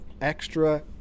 extra